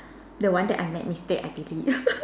the one that I made mistake I delete